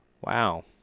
Wow